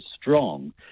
strong